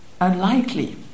Unlikely